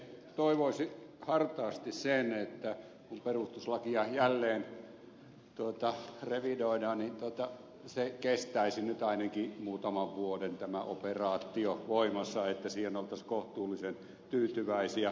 toivoisin hartaasti että kun perustuslakia jälleen revidoidaan niin tämä operaatio kestäisi nyt ainakin muutaman vuoden voimassa että siihen oltaisiin kohtuullisen tyytyväisiä